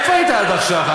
איפה היית עד עכשיו,